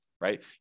right